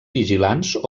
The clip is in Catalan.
vigilants